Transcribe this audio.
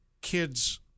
kids